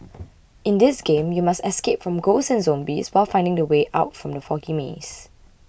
in this game you must escape from ghosts and zombies while finding the way out from the foggy maze